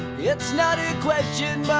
yeah it's not a question